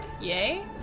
yay